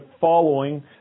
following